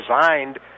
designed